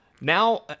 Now